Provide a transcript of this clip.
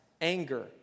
anger